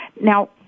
Now